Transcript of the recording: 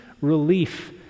relief